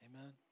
Amen